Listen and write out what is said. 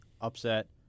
upset